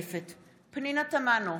אינה משתתפת בהצבעה פנינה תמנו,